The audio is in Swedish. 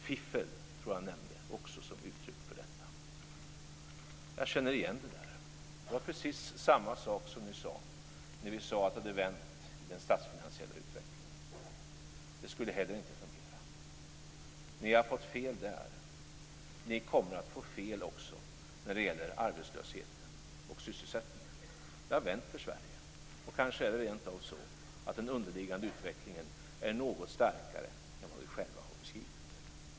"Fiffel" tror jag också att han nämnde som uttryck för detta. Jag känner igen det där. Det var precis samma sak som ni sade när vi sade att det hade vänt i den statsfinansiella utvecklingen. Det skulle heller inte fungera. Ni har fått fel där. Ni kommer att få fel också när det gäller arbetslösheten och sysselsättningen. Det har vänt för Sverige. Kanske är det rent av så att den underliggande utvecklingen är något starkare än vi själva har beskrivit den som.